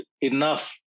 enough